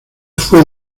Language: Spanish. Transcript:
fue